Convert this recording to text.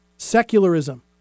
Secularism